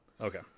Okay